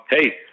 hey